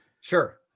Sure